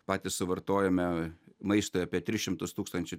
patys suvartojame maistui apie tris šimtus tūkstančių